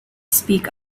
speak